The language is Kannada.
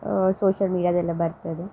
ಸೋಷ್ಯಲ್ ಮೀಡ್ಯಾದೆಲ್ಲ ಬರ್ತದೆ